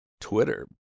Twitter